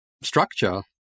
structure